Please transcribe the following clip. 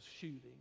shooting